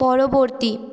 পরবর্তী